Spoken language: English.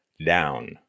down